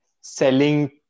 selling